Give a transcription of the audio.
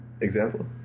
example